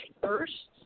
first